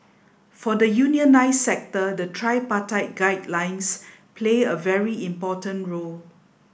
for the unionised sector the tripartite guidelines play a very important role